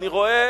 אני רואה